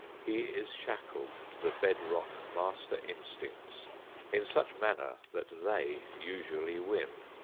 he is shackled to the bed-rock master instincts in such manner that they usually win.